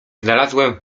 znalazłem